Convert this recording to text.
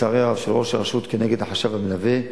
לצערי הרב, של ראש הרשות כנגד החשב המלווה.